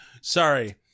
sorry